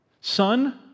son